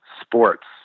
sports